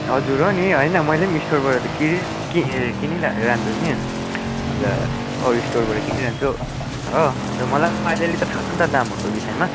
हजुर हो नि मैले पनि स्टोरबाट त किनिरहन्छु नि अन्त अरू स्टोरबाट किनिरहन्छु हो अन्त मलाई पनि अलिअलि त थाहा छ नि त दामहरूको विषयमा